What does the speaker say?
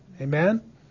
Amen